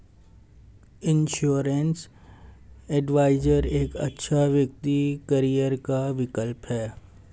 insurance advisor एक अच्छा वित्तीय करियर का विकल्प है